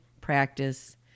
practice